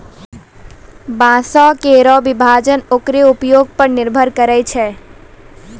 बांसों केरो विभाजन ओकरो उपयोग पर निर्भर करै छै